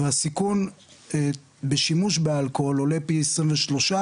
והסיכון בשימוש באלכוהול עולה פי 23,